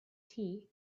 tea